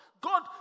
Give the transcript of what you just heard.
God